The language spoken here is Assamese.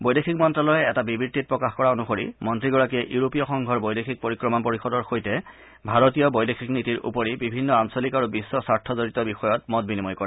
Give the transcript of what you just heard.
বৈদেশিক মন্ত্যালয়ে এটা বিবৃতিত প্ৰকাশ কৰা অনুসৰি মন্ত্ৰীগৰাকীয়ে ইউৰোপীয় সংঘৰ বৈদেশিক পৰিক্ৰমা পৰিষদৰ সৈতে ভাৰতীয় বৈদেশিক নীতিৰ উপৰি বিভিন্ন আঞ্চলিক আৰু বিশ্ব স্বাৰ্থ জড়িত বিষয়ত মত বিনিময় কৰে